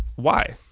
why?